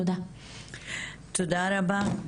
תודה רבה.